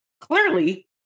Clearly